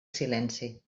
silenci